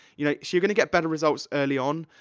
you know, so you're gonna get better results early on,